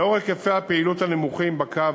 לנוכח היקפי הפעילות הנמוכים בקו,